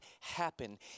happen